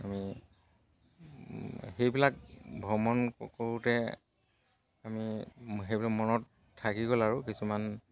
আমি সেইবিলাক ভ্ৰমণ কৰোঁতে আমি সেইবিলাক মনত থাকি গ'ল আৰু কিছুমান